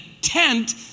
tent